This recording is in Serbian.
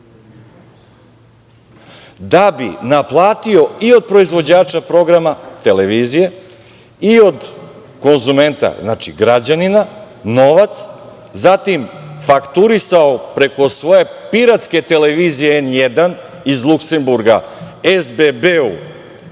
da bi naplatio i od proizvođača programa televizije i od konzumenta građanina, novac, zatim fakturisao preko svoje piratske televizije N1 iz Luksemburga SBB-u